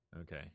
Okay